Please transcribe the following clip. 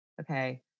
okay